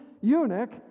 eunuch